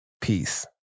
Peace